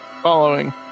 Following